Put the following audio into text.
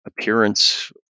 appearance